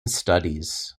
studies